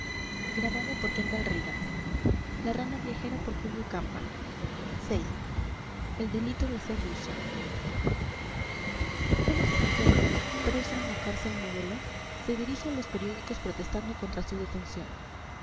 vi el delito de ser ruso un extranjero preso en la cárcel modelo se dirige a los periódicos protestando contra su detención